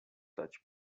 such